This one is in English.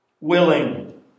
willing